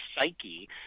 psyche